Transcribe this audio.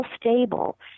stable